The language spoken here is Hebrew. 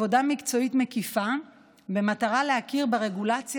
עבודה מקצועית מקיפה במטרה להכיר ברגולציה